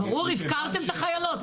ברור הפקרתם את החיילות.